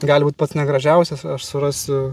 gali būt pats negražiausias aš surasiu